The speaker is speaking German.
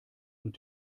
und